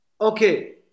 okay